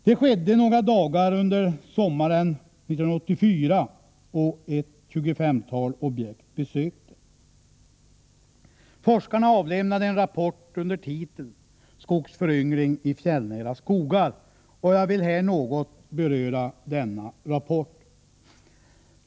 Detta skedde några dagar under sommaren 1984, och ett 25-tal objekt besöktes. Forskarna avlämnade en rappport under titeln Skogsföryngring i fjällnära skogar, och jag vill här något beröra denna rapport.